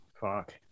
Fuck